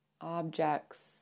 objects